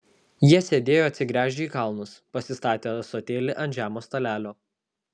jie sėdėjo atsigręžę į kalnus pasistatę ąsotėlį ant žemo stalelio